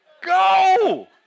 go